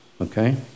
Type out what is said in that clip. okay